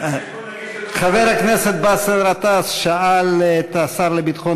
חבר הכנסת באסל גטאס שאל את השר לביטחון